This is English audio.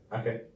Okay